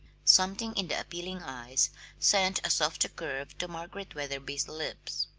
something in the appealing eyes sent a softer curve to margaret wetherby's lips.